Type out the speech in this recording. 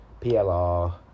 PLR